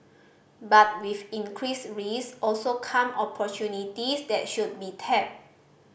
but with increased risk also come opportunities that should be tapped